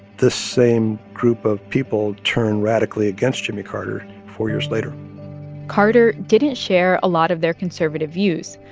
the same group of people turn radically against jimmy carter four years later carter didn't share a lot of their conservative views.